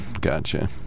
Gotcha